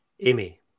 Amy